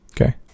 Okay